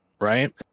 right